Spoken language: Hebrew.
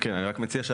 אני רק מציע,